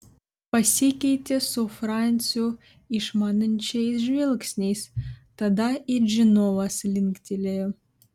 pasikeitė su franciu išmanančiais žvilgsniais tada it žinovas linktelėjo